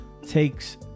takes